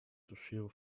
shear